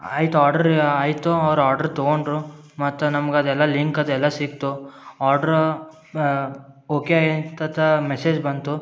ಆಯಿತು ಆಡ್ರ್ ಆಯಿತು ಅವ್ರು ಆರ್ಡ್ರ್ ತಗೊಂಡರು ಮತ್ತು ನಮ್ಗೆ ಅದೆಲ್ಲ ಲಿಂಕ್ ಅದೆಲ್ಲ ಸಿಕ್ತು ಆಡ್ರ್ ಓಕೆ ತತ ಮೆಸೇಜ್ ಬಂತು